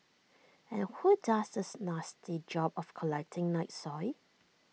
and who does this nasty job of collecting night soil